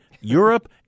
Europe